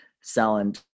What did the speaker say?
selling